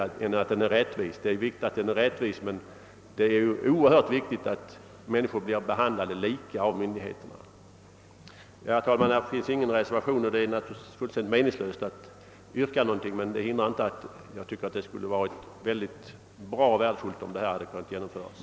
Det är visserligen mycket viktigt att taxeringen är rättvis, men frågan är om det inte är ännu viktigare att människor blir behandlade lika av myndigheterna. Herr talman! Det har inte avgivits någon reservation vid detta betänkande, och därför är det naturligtvis meningslöst att nu ställa något yrkande, men jag tycker att det vore mycket värdefullt om en ändring av taxeringsväsendet kunde genomföras.